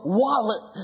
wallet